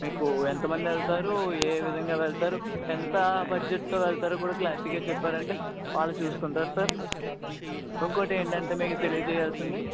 మీకు ఎంతమంది వెళతారు ఏ విధంగా వెళతారు ఎంత బడ్జెట్తో వెళతారో కూడా క్లారిటీగా చెప్పారు అంటే వాళ్ళు చూసుకుంటారు సార్ ఇంకోటి ఏంటంటే మీకు తెలియజేయాల్సింది